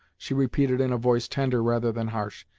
she repeated in a voice tender rather than harsh,